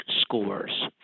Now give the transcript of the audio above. scores